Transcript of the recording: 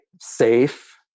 safe